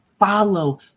follow